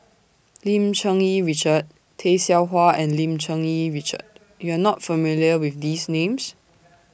Lim Cherng Yih Richard Tay Seow Huah and Lim Cherng Yih Richard YOU Are not familiar with These Names